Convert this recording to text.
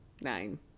nine